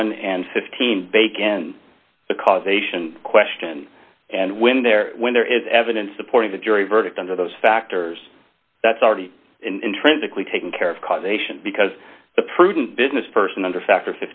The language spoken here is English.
one and fifteen bakin the causation question and when there when there is evidence supporting the jury verdict under those factors that's already intrinsically taken care of causation because the prudent business person under factor